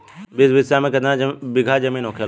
बीस बिस्सा में कितना बिघा जमीन होखेला?